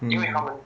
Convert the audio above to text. mm